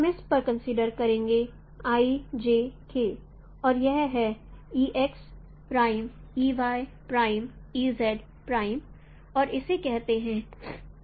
हम इस पर कंसीडर करेंगे i j k और यह है e x prime e y prime e z prime और इसे कहते हैं x y k